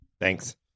Thanks